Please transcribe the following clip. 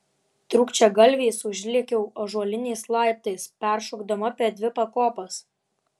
trūkčiagalviais užlėkiau ąžuoliniais laiptais peršokdama per dvi pakopas